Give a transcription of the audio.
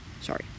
Sorry